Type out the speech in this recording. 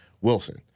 Wilson